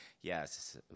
Yes